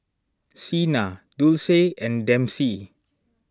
Sena Dulce and Dempsey